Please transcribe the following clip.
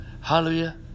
Hallelujah